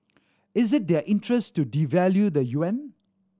is it their interest to devalue the Yuan